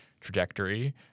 trajectory